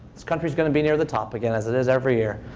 this country's going to be near the top again, as it is every year.